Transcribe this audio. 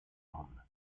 rome